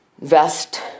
vest